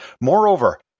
Moreover